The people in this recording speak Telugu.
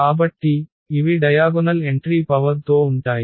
కాబట్టి ఇవి డయాగొనల్ ఎంట్రీ పవర్ తో ఉంటాయి